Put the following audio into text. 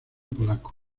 polaco